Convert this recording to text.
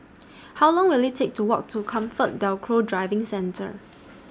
How Long Will IT Take to Walk to Comfort DelGro Driving Centre